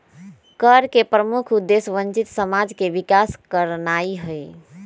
कर के प्रमुख उद्देश्य वंचित समाज के विकास करनाइ हइ